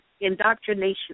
indoctrination